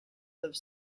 have